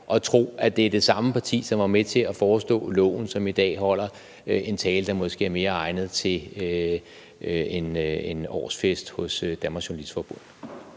at tro, at det er det samme parti, som var med til at forestå loven – og som i dag holder en tale, der måske er mere egnet til en årsfest hos Dansk Journalistforbund.